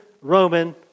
Roman